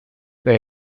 they